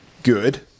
Good